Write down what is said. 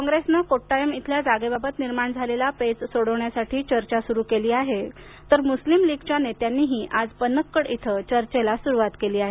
कॉप्रेसनं कोड्टायम इथल्या जागेबाबत निर्माण झालेला पेच सोडवण्यासाठी चर्चा सुरू केली आहे तर मुस्लीम लीगच्या नेत्यांनीही आज पन्नकड इथं चर्चेला सुरुवात केली आहे